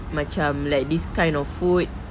macam like this kind of food